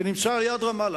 שנמצא על-יד רמאללה.